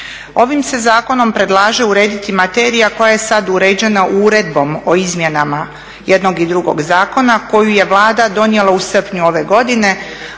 Ovim se zakonom predlaže urediti materija koja je sad uređena uredbom o izmjenama jednog i drugog zakona koju je Vlada donijela u srpnju ove godine,